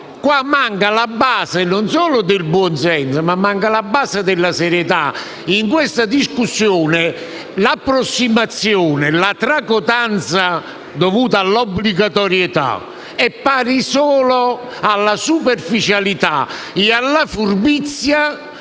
Manca la base non solo del buonsenso, ma della serietà. In questa discussione l'approssimazione e la tracotanza dovute all'obbligatorietà sono pari solo alla superficialità e alla furbizia